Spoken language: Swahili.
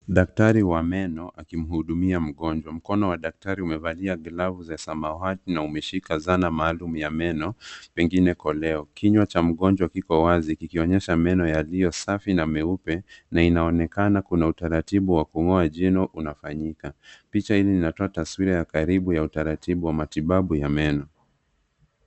Daktari wa meno akimhudumia mgonjwa. Mkono wa daktari umevalia glavu za samawati na umeshika zana maalum ya meno pengine koleo. Kinywa cha mgonjwa kiko wazi kikionyesha meno yaliyosafi na meupe na inaonekana kuna utaratibu wa kung'oa jino unafanyika. Picha hii inatoa taswira ya karibu ya utaratibu wa matibabu ya meno.